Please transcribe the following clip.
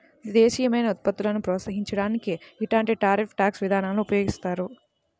దేశీయమైన ఉత్పత్తులను ప్రోత్సహించడానికి ఇలాంటి టారిఫ్ ట్యాక్స్ విధానాలను ఉపయోగిస్తారు